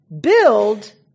build